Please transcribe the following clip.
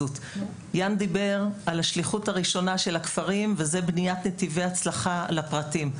יאן דיבר על השליחות הראשונה של הכפרים וזה בניית נתיבי הצלחה לפרטים.